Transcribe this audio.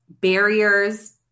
barriers